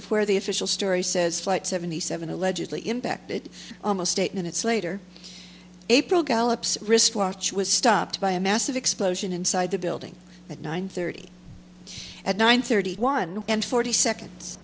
of where the official story says flight seventy seven allegedly impacted almost eight minutes later april gallops wristwatch was stopped by a massive explosion inside the building at nine thirty at nine thirty one and forty seconds